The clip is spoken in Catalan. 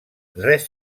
res